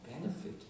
benefit